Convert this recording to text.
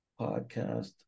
podcast